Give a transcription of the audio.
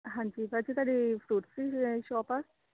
ਹਾਂਜੀ ਭਾਅ ਜੀ ਤੁਹਾਡੀ ਫਰੂਟਸ ਦੀ ਸ਼ੋਪ ਆ